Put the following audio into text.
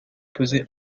peser